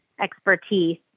expertise